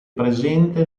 presente